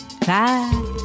Bye